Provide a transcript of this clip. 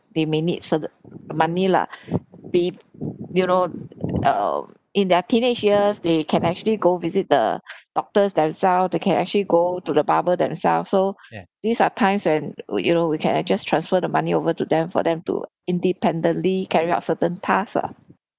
they may need certain money lah be it you know um in their teenage years they can actually go visit the doctors themselves the can actually go to the barber themselves so these are times when we you know we can uh just transfer the money over to them for them to independently carry out certain task lah